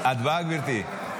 את באה, גברתי?